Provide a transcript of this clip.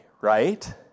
right